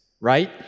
right